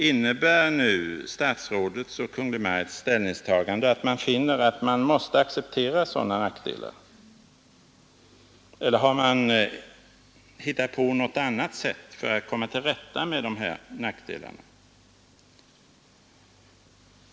Innebär nu statsrådets och Kungl. Maj:ts ställningstagande att man finner sig behöva acceptera sådana nackdelar, eller har man hittat på något annat sätt för att komma till rätta med dem?